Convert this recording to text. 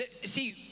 see